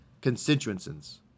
constituencies